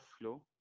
flow